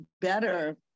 better